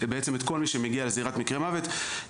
בעצם את כל מי שמגיע לזירת מקרה מוות,